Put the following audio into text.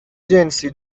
جنسی